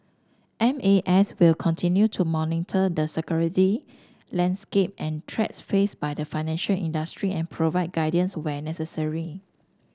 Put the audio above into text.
M A S will continue to monitor the security landscape and threats faced by the financial industry and provide guidance where necessary